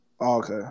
Okay